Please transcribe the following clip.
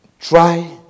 try